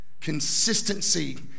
Consistency